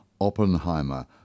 Oppenheimer